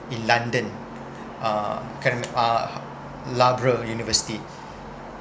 in london uh can't re~ uh loughborough university